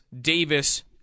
Davis